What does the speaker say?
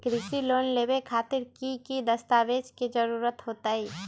कृषि लोन लेबे खातिर की की दस्तावेज के जरूरत होतई?